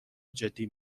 جدی